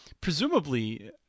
presumably